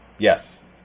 Yes